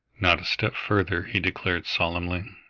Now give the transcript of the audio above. not a step further, he declared solemnly.